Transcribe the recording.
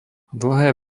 dlhé